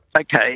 Okay